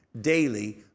daily